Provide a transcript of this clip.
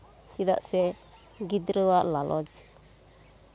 ᱪᱮᱫᱟᱜ ᱥᱮ ᱜᱤᱫᱽᱨᱟᱹᱣᱟᱜ ᱞᱟᱞᱚᱪ